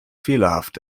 fehlerhaft